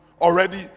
already